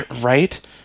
right